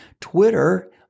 Twitter